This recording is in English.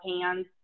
hands